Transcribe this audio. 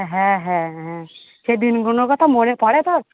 হ্যাঁ হ্যাঁ হ্যাঁ সেদিনগুনোর কতা মনে পড়ে তোর